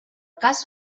cas